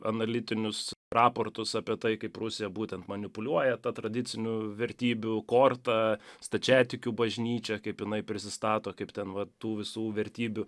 analitinius raportus apie tai kaip rusija būtent manipuliuoja ta tradicinių vertybių korta stačiatikių bažnyčia kaip jinai prisistato kaip ten va tų visų vertybių